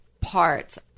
parts